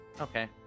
Okay